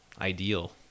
ideal